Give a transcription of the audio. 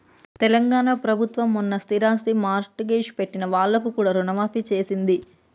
తెలంగాణ ప్రభుత్వం మొన్న స్థిరాస్తి మార్ట్గేజ్ పెట్టిన వాళ్లకు కూడా రుణమాఫీ చేసింది